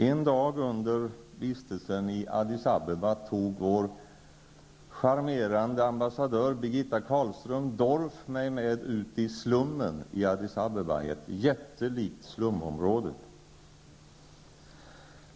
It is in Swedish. En dag under vistelsen i Addis Abeba tog vår charmerande ambassadör Birgitta Karlström Dorph mig med ut i slummen i Addis Abeba, ett jättelikt slumområde.